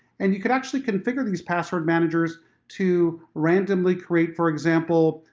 and you could actually configure these password managers to randomly create, for example,